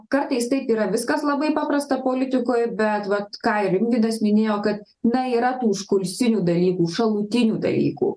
kartais taip yra viskas labai paprasta politikoj bet vat ką ir rimvydas minėjo kad na yra tų užkulisinių dalykų šalutinių dalykų